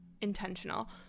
intentional